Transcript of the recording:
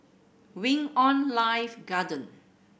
Wing On Life Garden